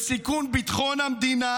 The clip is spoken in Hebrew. בסיכון ביטחון המדינה,